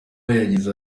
yagize